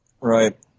Right